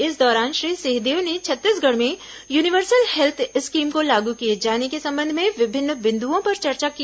इस दौरान श्री सिंहदेव ने छत्तीसगढ़ में यूनिवर्सल हेत्थ स्कीम को लागू किए जाने को संबंध में विभिन्न बिंदुओं पर चर्चा की